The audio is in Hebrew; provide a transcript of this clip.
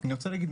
אני רוצה להגיד,